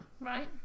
Right